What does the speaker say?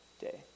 day